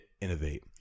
innovate